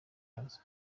hazaza